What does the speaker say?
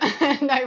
No